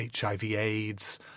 HIV-AIDS